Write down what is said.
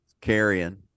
carrying